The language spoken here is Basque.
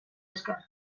esker